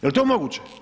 Jel to moguće?